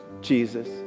Jesus